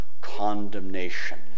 condemnation